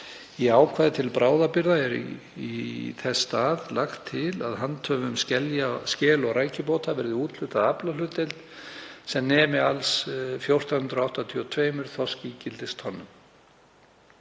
Í ákvæði til bráðabirgða er í þess stað lagt til að handhöfum skel- og rækjubóta verði úthlutað aflahlutdeild sem nemi samtals 1.482 þorskígildistonnum.